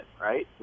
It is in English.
right